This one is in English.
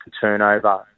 turnover